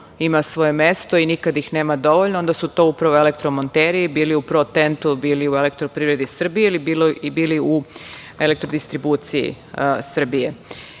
ima svoje mesto i nikad ih nema dovoljno, onda su to upravo elektromonteri, bili u „Pro Tentu“, bili u Elektroprivredi Srbije ili bili u Elektrodistribuciji Srbije. Dakle,